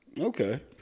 Okay